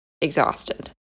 Exhausted